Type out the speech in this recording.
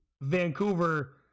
Vancouver